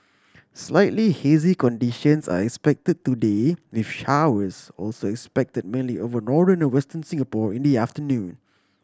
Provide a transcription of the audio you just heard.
slightly hazy conditions are expected today with showers also expect mainly over northern and Western Singapore in the afternoon